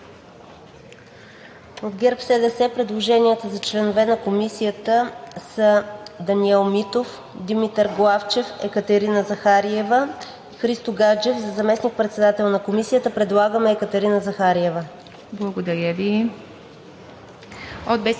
От ГЕРБ-СДС предложенията за членове на Комисията са: Даниел Митов, Димитър Главчев, Екатерина Захариева, Христо Гаджев. За заместник председател на Комисията предлагаме Екатерина Захариева. ПРЕДСЕДАТЕЛ